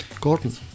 Gordon